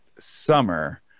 summer